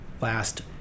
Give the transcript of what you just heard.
last